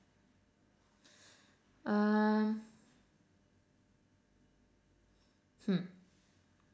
uh hmm